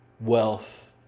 wealth